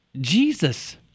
Jesus